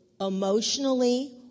emotionally